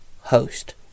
host